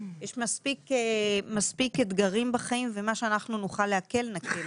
יש מספיק אתגרים בחיים ומה שאנחנו נוכל להקל נקל.